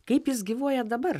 kaip jis gyvuoja dabar